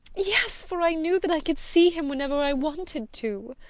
yes, for i knew that i could see him whenever i wanted to.